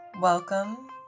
welcome